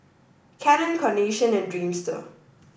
Canon Carnation and Dreamster